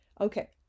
Okay